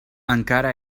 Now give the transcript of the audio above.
encara